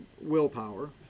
willpower